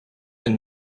and